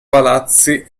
palazzi